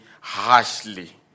harshly